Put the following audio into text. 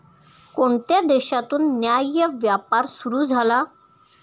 कोणत्या देशातून न्याय्य व्यापार सुरू झाला?